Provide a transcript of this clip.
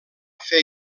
fer